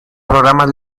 programas